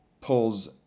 pulls